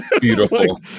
Beautiful